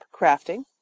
crafting